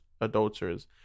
adulterers